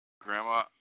Grandma